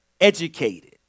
educated